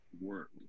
work